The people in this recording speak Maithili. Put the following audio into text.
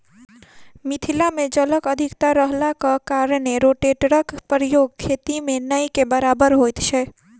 मिथिला मे जलक अधिकता रहलाक कारणेँ रोटेटरक प्रयोग खेती मे नै के बराबर होइत छै